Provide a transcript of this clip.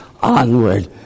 onward